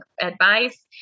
advice